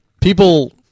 people